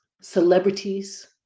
celebrities